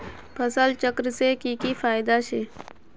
फसल चक्र से की की फायदा छे?